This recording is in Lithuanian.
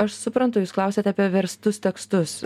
aš suprantu jūs klausiate apie verstus tekstus